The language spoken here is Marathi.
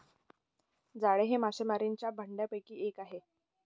जाळे हे मासेमारीच्या भांडयापैकी एक आहे